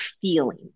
feeling